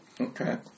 Okay